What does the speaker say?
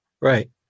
Right